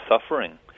suffering